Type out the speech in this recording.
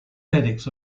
medics